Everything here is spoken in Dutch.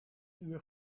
uur